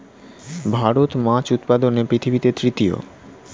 ভারত মাছ উৎপাদনে পৃথিবীতে তৃতীয়